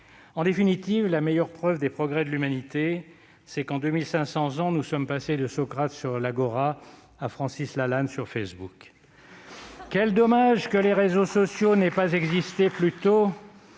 En définitive, la meilleure preuve des progrès de l'humanité, c'est qu'en 2 500 ans nous sommes passés de Socrate sur l'agora à Francis Lalanne sur Facebook. Quel dommage que les réseaux sociaux n'aient pas existé plus tôt